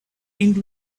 end